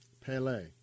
Pele